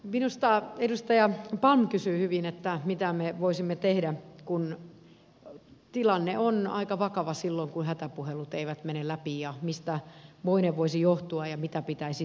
minusta edustaja palm kysyi hyvin mitä me voisimme tehdä kun tilanne on aika vakava silloin kun hätäpuhelut eivät mene läpi mistä moinen voisi johtua ja mitä pitäisi tehdä